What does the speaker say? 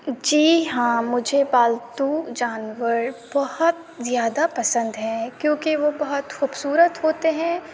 جی ہاں مجھے پالتو جانور بہت زیادہ پسند ہیں کیوں کہ وہ بہت خوبصورت ہوتے ہیں